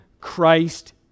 Christ